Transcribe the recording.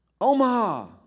Omaha